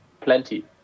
plenty